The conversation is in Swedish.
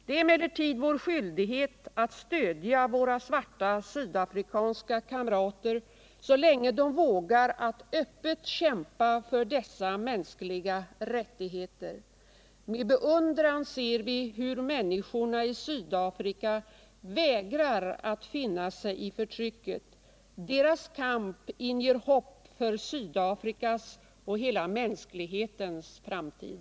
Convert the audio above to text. Det är emellertid vår skyldighet att stödja våra svarta sydafrikanska kamrater så länge de vågar att öppet kämpa för dessa mänskliga rättigheter. Med beundran ser vi hur människorna i Sydafrika vägrar att finna sig i förtrycket. Deras kamp inger hopp för Sydafrikas och hela mänsklighetens framtid.